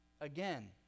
Again